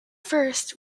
first